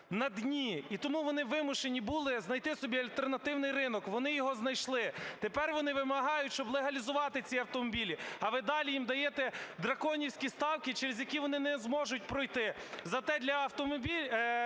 на дні і тому вони вимушені були знайти собі альтернативний ринок, вони його знайшли. Тепер вони вимагають, щоб легалізувати ці автомобілі, а ви далі їм даєте драконівські ставки, через які вони не зможуть пройти. Зате для монополістів